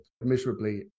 miserably